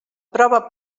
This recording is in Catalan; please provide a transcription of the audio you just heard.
prova